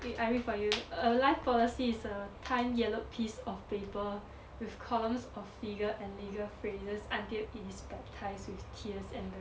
wait I read for you a life policy is a timed yellowed piece of paper with columns of figure and legal phrases until it is baptised with tears and